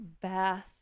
bath